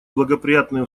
благоприятные